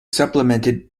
supplemented